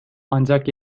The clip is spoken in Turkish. ancak